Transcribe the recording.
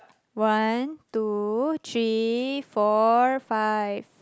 one two three four five